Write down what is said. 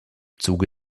zuge